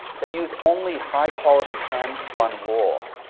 they use only high quality hand spun wool.